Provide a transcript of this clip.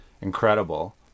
incredible